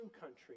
country